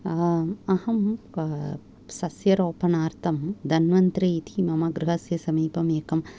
अहं सस्यरोपणार्थं धन्वन्त्रि इति मम गृहस्य समीपम् एकम्